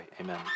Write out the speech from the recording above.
amen